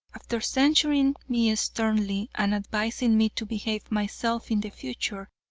after censuring me sternly and advising me to behave myself in the future,